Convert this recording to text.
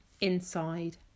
inside